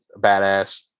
badass